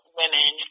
women